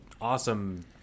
awesome